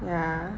ya